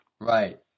Right